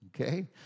Okay